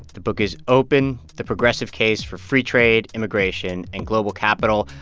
the book is open the progressive case for free trade, immigration, and global capital.